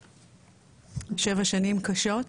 שבע שנים קשות,